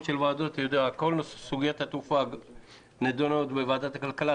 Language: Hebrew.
ועדות כל סוגיית התעופה נידונה בוועדת הכלכלה,